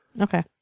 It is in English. Okay